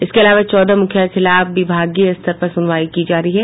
इसके अलावा चौदह मूखिया के खिलाफ विभागीय स्तर पर सुनवाई की जा रही है